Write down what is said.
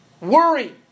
Worry